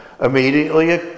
immediately